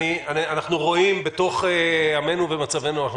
אני מקבל את זה רק שבתוך עמנו ומצבנו אנחנו